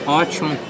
ótimo